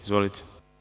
Izvolite.